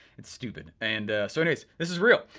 it's stupid, and so anyways, this is real.